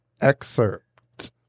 excerpt